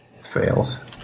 fails